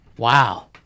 Wow